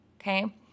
Okay